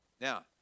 Now